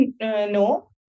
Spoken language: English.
no